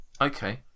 Okay